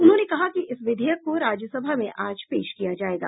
उन्होंने कहा कि इस विधेयक को राज्यसभा में आज पेश किया जायेगा